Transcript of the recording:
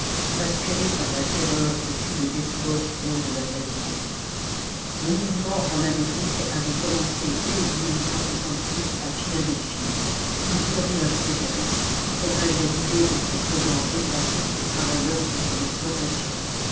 inspirées par la terreur que tous les despotes ont de la vérité le mouvement en amérique avait commencé dès à philadelphie où uriah stephens propageait l'idée du groupement défensif des travailleurs contre l'exploitation